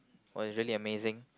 was really amazing